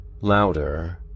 Louder